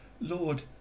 Lord